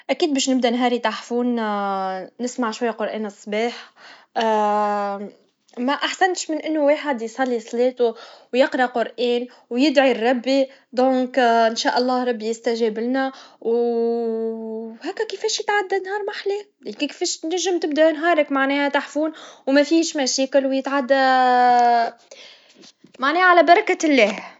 أفضل طريقة لبدء يومي هي الاستيقاظ باكر، نشرب فنجان قهوة ونقوم بشوية تمارين خفيفة. بعدين، نحب نخصص شوية وقت لقراءة الأخبار أو كتاب. هكا نبدأ يومي بنشاط وتركيز. نحب زادة نعمل شوية تأمل أو تنفس عميق، هالشيء يساعدني على تحسين المزاج ويخليني مستعد لمواجهة تحديات اليوم.